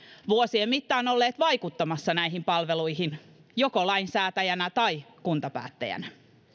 vuosien mittaan olleet vaikuttamassa näihin palveluihin joko lainsäätäjänä tai kuntapäättäjänä